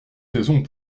raisons